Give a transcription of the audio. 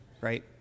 right